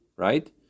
right